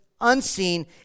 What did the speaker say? unseen